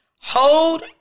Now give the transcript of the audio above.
Hold